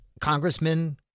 Congressman